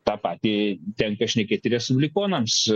tą patį tenka šnekėt ir respublikonams